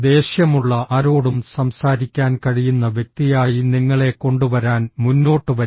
ദേഷ്യമുള്ള ആരോടും സംസാരിക്കാൻ കഴിയുന്ന വ്യക്തിയായി നിങ്ങളെ കൊണ്ടുവരാൻ മുന്നോട്ട് വരിക